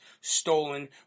stolen